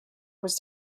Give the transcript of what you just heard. was